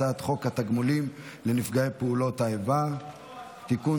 הצעת חוק התגמולים לנפגעי פעולות איבה (תיקון,